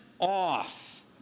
off